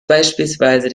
beispielsweise